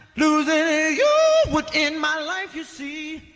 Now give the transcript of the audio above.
losing you within my life, you see.